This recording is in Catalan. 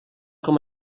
com